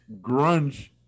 grunge